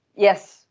Yes